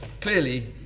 Clearly